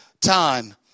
time